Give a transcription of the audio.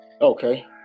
Okay